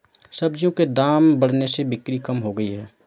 सब्जियों के दाम बढ़ने से बिक्री कम हो गयी है